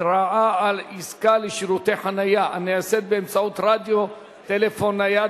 התרעה על עסקה לשירותי חנייה הנעשית באמצעות רדיו טלפון נייד),